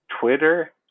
Twitter